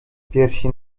piersi